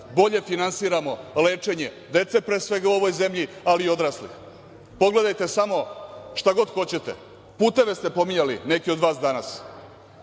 bolje finansiramo lečenje dece pre svega u ovoj zemlji, ali i odraslih. Pogledajte samo šta god hoćete, puteve ste pominjali, neki od vas danas. Danas